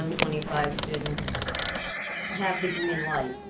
twenty five students have the green light.